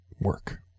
work